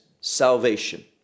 salvation